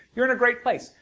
you're in a great place.